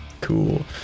Cool